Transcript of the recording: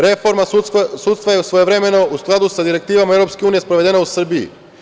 Reforma sudstva je svojevremeno, u skladu sa direktivama EU, sprovedena u Srbiji.